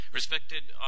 Respected